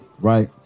right